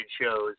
shows